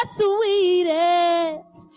sweetest